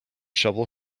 shovel